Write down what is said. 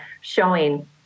showing